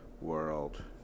world